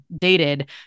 dated